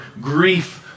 grief